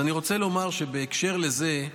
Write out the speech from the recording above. אני רוצה לומר שבהקשר לזה,